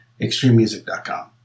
extrememusic.com